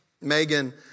Megan